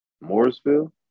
Morrisville